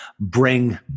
bring